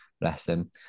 lesson